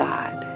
God